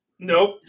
Nope